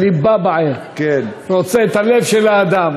"ליבא בעי" רוצה את הלב של האדם,